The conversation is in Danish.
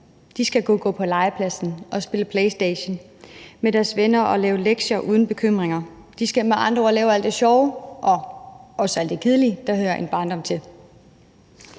De skal gå på legepladsen og spille PlayStation med deres venner og lave lektier uden bekymringer. De skal med andre ord lave alt det sjove og også alt det kedelige, der hører en barndom til.